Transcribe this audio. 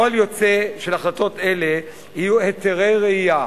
פועל יוצא של החלטות אלה יהיו היתרי רעייה